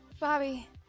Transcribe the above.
Bobby